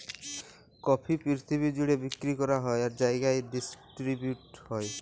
coffee পিরথিবি জ্যুড়ে বিক্কিরি ক্যরা হ্যয় আর জায়গায় ডিসটিরিবিউট হ্যয়